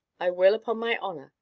i will, upon my honour.